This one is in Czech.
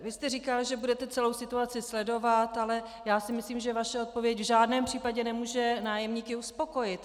Vy jste říkal, že budete celou situaci sledovat, ale já si myslím, že vaše odpověď v žádném případě nemůže nájemníky uspokojit.